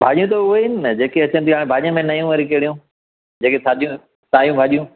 भाॼी त उहे ई आहिनि न जेके अचनि थियूं हाणे भाॼियुनि में नयूं वरी कहिड़ियूं जेकी सादियूं सायूं भाॼियूं